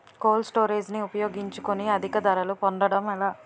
Cold storage ని ఉపయోగించుకొని అధిక ధరలు పొందడం ఎలా?